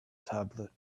tablet